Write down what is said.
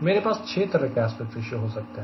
मेरे पास 6 तरह के एस्पेक्ट रेशियो हो सकते हैं